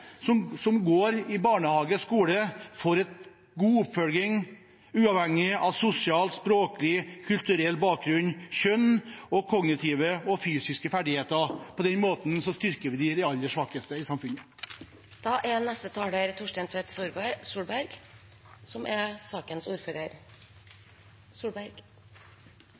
som går i barnehage og skole, får en god oppfølging, uavhengig av sosial, språklig og kulturell bakgrunn, av kjønn og kognitive og fysiske ferdigheter. På den måten styrker vi de aller svakeste i